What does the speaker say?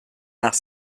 nach